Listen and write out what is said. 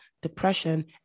depression